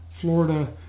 Florida